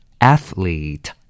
Athlete